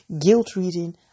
guilt-reading